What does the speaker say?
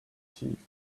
chief